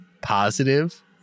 positive